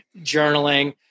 journaling